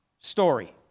story